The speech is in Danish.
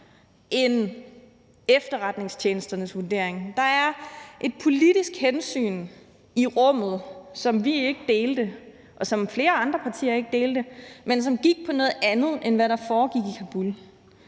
end efterretningstjenesternes vurdering. Der var et politisk hensyn i rummet, som vi ikke delte, og som flere andre partier ikke delte, men som gik på noget andet, end hvad der foregik i Kabul,